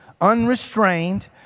unrestrained